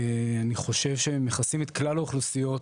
אני חושב שהם מכסים את כלל האוכלוסיות.